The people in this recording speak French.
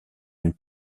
une